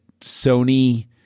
Sony